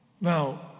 Now